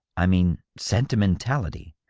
i mean. sentimentality.